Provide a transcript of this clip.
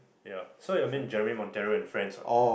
ya so yeah I mean Jeremy-Monteiro and friends what